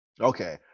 Okay